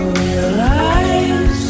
realize